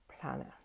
planner